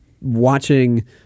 watching